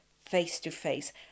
face-to-face